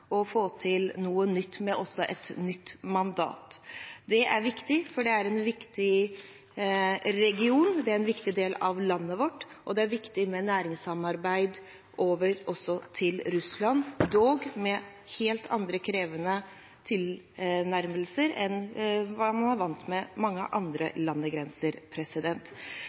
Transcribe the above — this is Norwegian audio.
få til noe nytt med et nytt mandat. Det er viktig, for det er en viktig region, det er en viktig del av landet vårt, og det er viktig med næringssamarbeid også over til Russland, dog med helt andre krevende tilnærmelser enn hva man er vant med når det gjelder mange andre landegrenser.